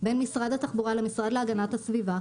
בין משרד התחבורה למשרד להגנת הסביבה,